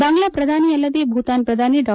ಬಾಂಗ್ಲಾ ಪ್ರಧಾನಿ ಅಲ್ಲದೆ ಭೂತಾನ್ ಪ್ರಧಾನಿ ಡಾ